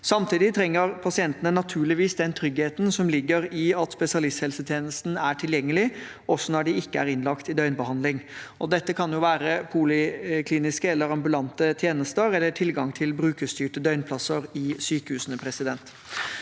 Samtidig trenger pasientene naturligvis den tryggheten som ligger i at spesialisthelsetjenesten er tilgjengelig, også når de ikke er innlagt i døgnbehandling. Dette kan være polikliniske eller ambulante tjenester, eller tilgang til brukerstyrte døgnplasser i sykehusene.